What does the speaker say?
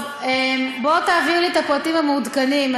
טוב, תעביר לי את הפרטים המעודכנים.